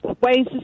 ways